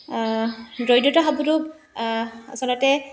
দৰিদ্ৰতা শব্দটো আচলতে